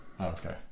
okay